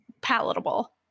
palatable